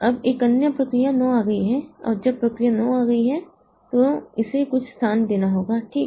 अब एक अन्य प्रक्रिया 9 आ गई है और जब प्रक्रिया 9 आ गई है तो इसे कुछ स्थान देना होगाठीक